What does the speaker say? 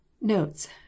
Notes